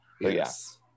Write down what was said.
yes